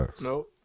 Nope